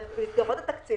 מסגרות התקציב,